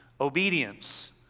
obedience